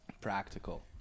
practical